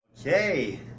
Okay